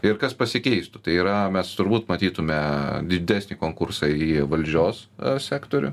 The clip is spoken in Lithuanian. ir kas pasikeistų tai yra mes turbūt matytume didesnį konkursą į valdžios sektorių